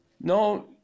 No